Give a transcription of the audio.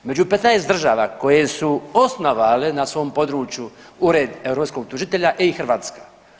Među 15 država koje su osnovale na svom području Ured europskog tužitelja je i Hrvatska.